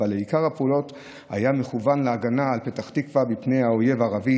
אבל עיקר הפעולות היה מכוון להגנה על פתח תקווה מפני האויב הערבי.